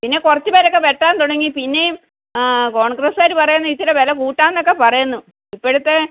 പിന്നെ കുറച്ച് പേരൊക്കെ വെട്ടാൻ തുടങ്ങി പിന്നെയും കോൺഗ്രസ്കാർ പറയുന്നു ഇച്ചിരി വില കൂട്ടാം എന്നൊക്കെ പറയുന്നു ഇപ്പഴത്തെ